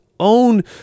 Own